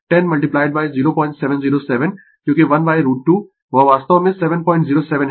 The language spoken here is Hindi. तो यह हो रहा है 10√ 2 वह है 10 0707 क्योंकि 1√ 2 वह वास्तव में 707 है